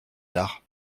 tard